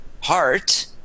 heart